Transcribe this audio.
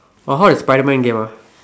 oh how is Spiderman game ah